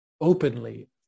openly